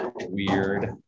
weird